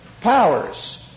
Powers